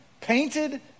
painted